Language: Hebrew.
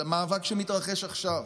על המאבק שמתרחש עכשיו,